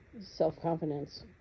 self-confidence